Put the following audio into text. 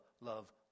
love